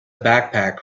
backpack